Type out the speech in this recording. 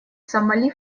сомали